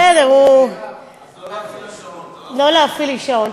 אז לא להפעיל לה שעון.